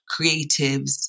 creatives